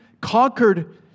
conquered